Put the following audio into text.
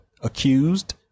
accused